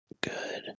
Good